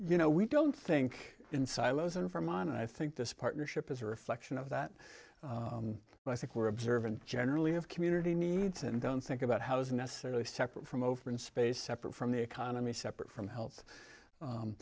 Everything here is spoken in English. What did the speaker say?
you know we don't think in silos and vermont and i think this partnership is a reflection of that but i think we're observant generally of community needs and don't think about housing necessarily separate from open space separate from the economy separate from health